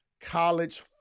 college